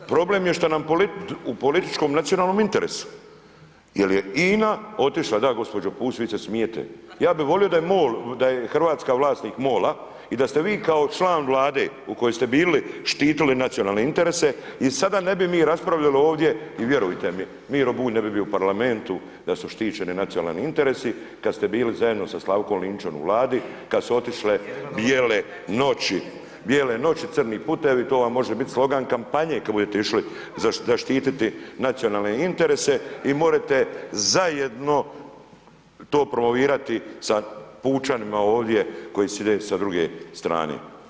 Problem je što nam, u političkom i nacionalnom interesu, jer je INA otišla, da gospođo Pusić, vi se smijete, ja bi volio da je MOL, da je Hrvatska vlasnik MOL-a, i da ste vi kao član Vlade u kojoj ste bili, štitili nacionalne interese i sada ne bi mi raspravljali ovdje, i vjerujte mi, Miro Bulj ne bi bio u Parlamentu da su štićeni nacionalni interesi kad ste bili zajedno sa Slavkom Linićem u Vladi, kad su otišle Bijele noći, Bijele noći, crni putevi, to vam može biti slogan kampanje kad budete išli zaštititi nacionalne interese, i morete zajedno to promovirati sa pučanima ovdje koji sjede sa druge strane.